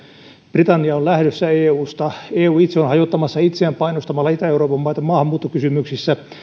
britannia on lähdössä eusta eu itse on hajottamassa itseään painostamalla itä euroopan maita maahanmuuttokysymyksissä